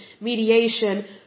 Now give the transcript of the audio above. mediation